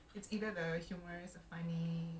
ah